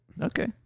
Okay